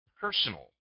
personal